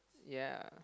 yea